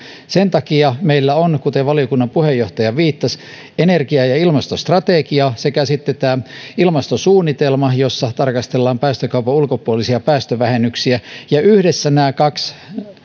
sen takia meillä on kuten valiokunnan puheenjohtaja viittasi energia ja ilmastostrategia sekä sitten tämä ilmastosuunnitelma jossa tarkastellaan päästökaupan ulkopuolisia päästövähennyksiä yhdessä nämä kaksi